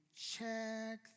check